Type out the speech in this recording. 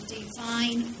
divine